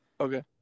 Okay